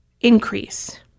increase